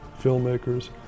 filmmakers